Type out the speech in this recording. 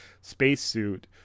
spacesuit